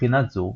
מבחינה זו,